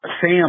Sam